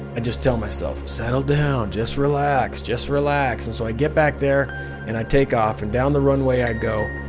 and just telling myself, settle down. just relax. just relax. and so i get back there and i take off and down the runway i go